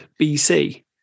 bc